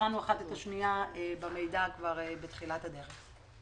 סנכרנו זו את זו במידע כבר בתחילת הדרך.